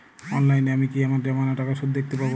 অনলাইনে আমি কি আমার জমানো টাকার সুদ দেখতে পবো?